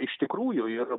iš tikrųjų